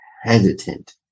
hesitant